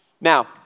Now